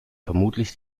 vermutlich